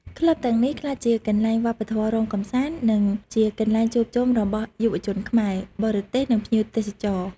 ក្លឹបទាំងនេះក្លាយជាកន្លែងវប្បធម៌រាំកម្សាន្ត និងជាកន្លែងជួបជុំរបស់យុវជនខ្មែរ បរទេស និងភ្ញៀវទេសចរ។